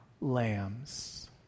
lambs